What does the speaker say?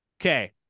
Okay